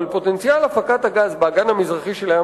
אבל פוטנציאל הפקת הגז באגן המזרחי של הים